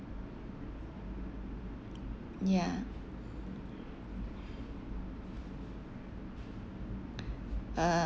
ya uh